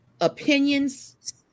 Opinions